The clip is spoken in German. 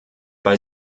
bei